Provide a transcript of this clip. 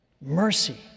Mercy